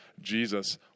Jesus